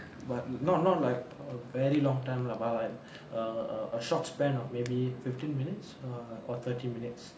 but not not like a very long time lah but err err a short span of maybe fifteen minutes or or thirty minutes